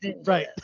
Right